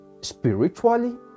spiritually